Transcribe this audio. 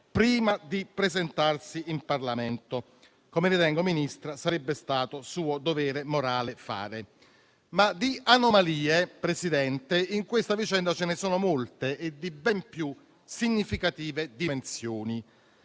prima di presentarsi in Parlamento, come ritengo, signora Ministra, sarebbe stato suo dovere morale fare. Ma di anomalie, signor Presidente, in questa vicenda ce ne sono molte e di ben più significative dimensioni.